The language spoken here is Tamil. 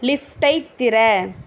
லிஃப்ட்டை திற